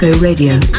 Radio